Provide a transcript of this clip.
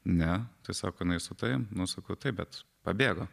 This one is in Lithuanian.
ne tai sako jinai su tavimi nu sakau taip bet pabėgo